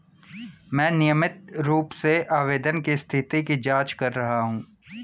मैं नियमित रूप से आवेदन की स्थिति की जाँच कर रहा हूँ